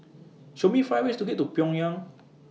Show Me five ways to get to Pyongyang